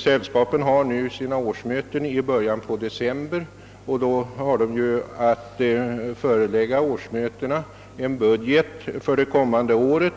Sällskapen har sina årsmöten i början av december, då de har att förelägga årsmötena en budget för det kommande året,